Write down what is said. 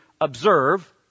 observe